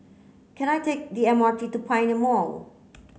can I take the M R T to Pioneer Mall